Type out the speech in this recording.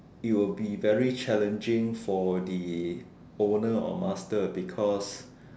it will be very challenging for the owner or master because